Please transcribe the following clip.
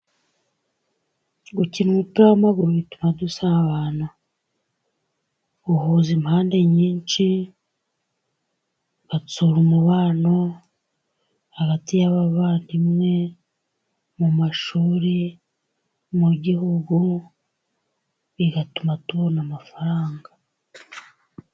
Gukina umupira w'amaguru bituma dusabana uhuza impande nyinshi. Bitsura umubano hagati y'abavandimwe mu mashuri, mu gihugu bigatuma tubona amafaranga.